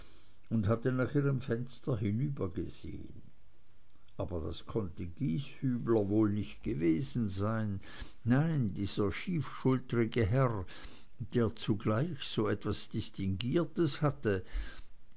und hatte nach ihrem fenster hinübergesehen aber das konnte gieshübler wohl nicht gewesen sein nein dieser schiefschultrige herr der zugleich etwas so distinguiertes hatte